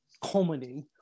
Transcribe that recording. comedy